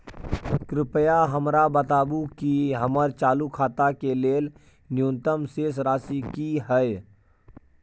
कृपया हमरा बताबू कि हमर चालू खाता के लेल न्यूनतम शेष राशि की हय